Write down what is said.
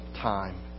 time